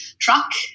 truck